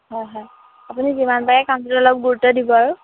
হয় হয় আপুনি যিমান পাৰে কামটো অলপ গুৰুত্ব দিব আৰু